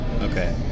Okay